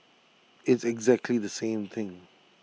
it's exactly the same thing